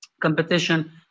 competition